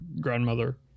grandmother